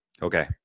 Okay